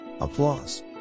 Applause